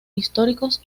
históricos